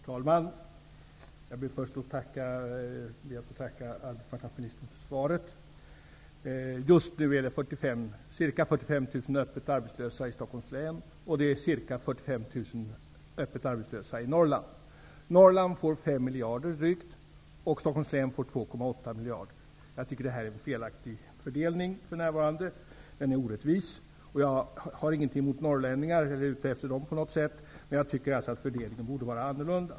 Herr talman! Jag ber först att få tacka arbetsmarknadsministern för svaret. Just nu är ca 45 000 öppet arbetslösa i Stockholms län. Ca 45 000 är öppet arbetslösa i Norrland. Norrland får drygt 5 miljarder kronor, Stockholms län 2,8 miljarder. Jag tycker att det är en felaktig fördelning. Den är orättvis. Jag har ingenting emot norrlänningar, och jag är inte ute efter dem på något vis, men jag tycker att fördelningen borde vara annorlunda.